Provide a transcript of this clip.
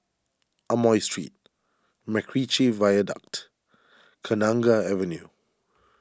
Amoy Street MacRitchie Viaduct Kenanga Avenue